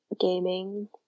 gaming